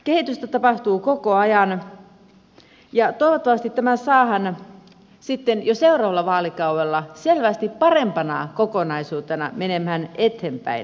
kehitystä tapahtuu koko ajan ja toivottavasti tämä saadaan sitten jo seuraavalla vaalikaudella selvästi parempana kokonaisuutena menemään eteenpäin